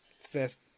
first